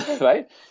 right